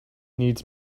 needs